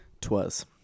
Twas